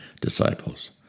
disciples